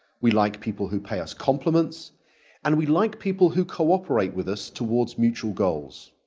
we like people who pay us compliments and we like people who cooperate with us towards mutual goals.